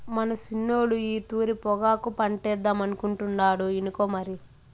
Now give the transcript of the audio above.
మన సిన్నోడు ఈ తూరి పొగాకు పంటేద్దామనుకుంటాండు ఇనుకో మరి